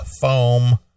foam